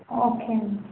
okay అండి